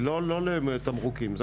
לא לתמרוקים.